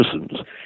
citizens